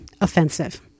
offensive